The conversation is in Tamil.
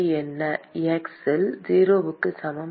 x இல் 0 க்கு சமம்